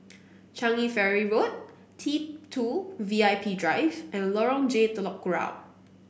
Changi Ferry Road T two V I P Drive and Lorong J Telok Kurau